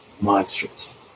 Monstrous